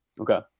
Okay